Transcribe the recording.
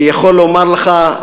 אני יכול לומר לך,